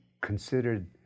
considered